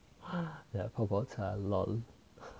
!hais! that 泡泡茶 L_O_L